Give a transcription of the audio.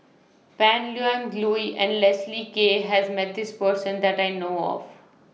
Pan Lui and Leslie Kee has Met This Person that I know of